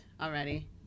already